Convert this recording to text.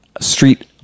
street